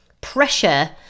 pressure